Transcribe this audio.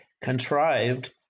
contrived